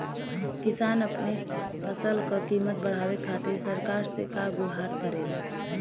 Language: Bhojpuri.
किसान अपने फसल क कीमत बढ़ावे खातिर सरकार से का गुहार करेला?